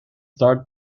start